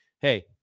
hey